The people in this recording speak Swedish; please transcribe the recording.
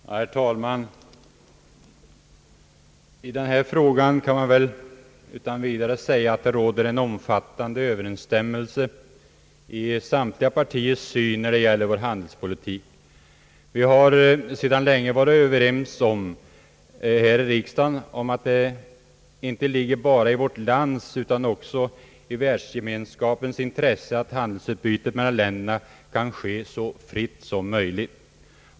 Herr talman! Det kan väl utan vidare sägas att det råder en omfattande överensstämmelse i samtliga partiers syn när det gäller vår handelspolitik. Vi har sedan länge varit överens här i riksdagen om att det inte bara ligger i vårt lands utan också i världsgemenskapens intresse att handelsutbytet mellan länderna kan ske så fritt som möjligt.